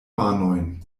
manojn